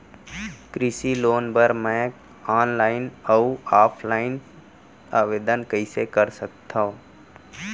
कृषि लोन बर मैं ऑनलाइन अऊ ऑफलाइन आवेदन कइसे कर सकथव?